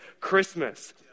Christmas